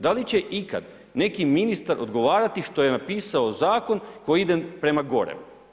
Da li će ikad neki ministar odgovarati što je napisao zakon koji ide prema gore?